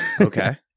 Okay